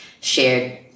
shared